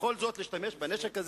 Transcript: ובכל זאת להשתמש בנשק הזה?